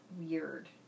weird